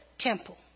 Temple